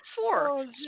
Four